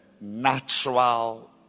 natural